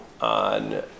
on